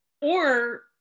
Or-